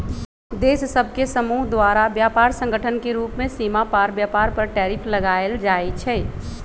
देश सभ के समूह द्वारा व्यापार संगठन के रूप में सीमा पार व्यापार पर टैरिफ लगायल जाइ छइ